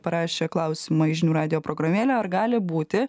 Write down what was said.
parašė klausimą į žinių radijo programėlę ar gali būti